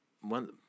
one